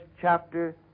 chapter